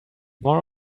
more